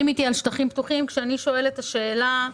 מדברים אתי על שטחים פתוחים כשאני שואלת ואומרת